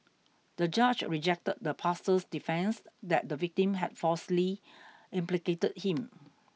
the judge rejected the pastor's defence that the victim had falsely implicated him